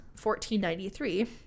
1493